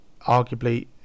arguably